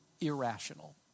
irrational